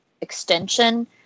extension